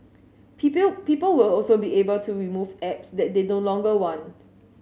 people will also be able to remove apps that they no longer want